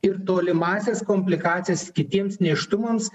ir tolimąsias komplikacijas kitiems nėštumams